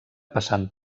passant